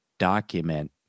document